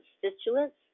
constituents